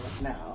now